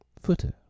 footer